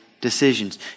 decisions